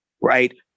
right